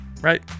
Right